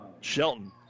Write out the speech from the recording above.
Shelton